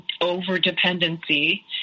over-dependency